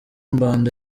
mbanda